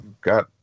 got